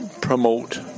promote